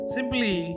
Simply